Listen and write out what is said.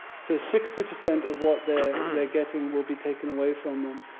so sixty percent of what the they're getting will be taken away from them.